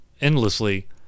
endlessly